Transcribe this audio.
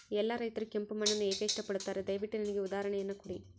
ಎಲ್ಲಾ ರೈತರು ಕೆಂಪು ಮಣ್ಣನ್ನು ಏಕೆ ಇಷ್ಟಪಡುತ್ತಾರೆ ದಯವಿಟ್ಟು ನನಗೆ ಉದಾಹರಣೆಯನ್ನ ಕೊಡಿ?